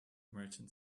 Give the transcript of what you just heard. merchant